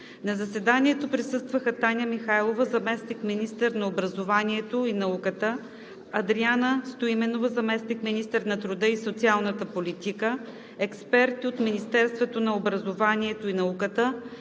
На заседанието присъстваха: Таня Михайлова – заместник- министър на образованието и науката, Адриана Стоименова – заместник-министър на труда и социалната политика, експерти от Министерството на образованието и науката,